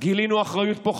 גילינו אחריות פה,